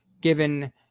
given